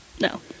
no